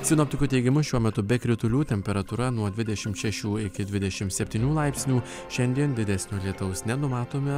sinoptikų teigimu šiuo metu be kritulių temperatūra nuo dvidešimt šešių iki dvidešim septynių laipsnių šiandien didesnio lietaus nenumatome